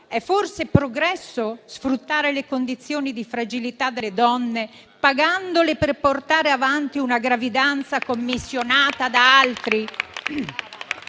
definirsi progresso sfruttare le condizioni di fragilità delle donne pagandole per portare avanti una gravidanza commissionata da altri.